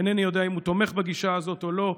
אינני יודע אם הוא תומך בגישה הזאת או לא,